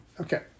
Okay